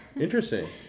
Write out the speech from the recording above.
Interesting